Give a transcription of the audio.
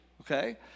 okay